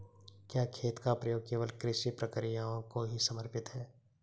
क्या खेत का प्रयोग केवल कृषि प्रक्रियाओं को ही समर्पित है?